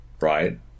Right